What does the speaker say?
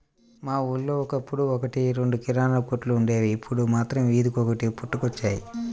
మా ఊళ్ళో ఒకప్పుడు ఒక్కటి రెండు కిరాణా కొట్లే వుండేవి, ఇప్పుడు మాత్రం వీధికొకటి పుట్టుకొచ్చాయి